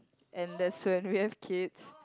and that's when we have kids